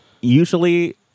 usually